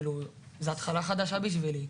זאת תהיה התחלה חדשה בשבילי,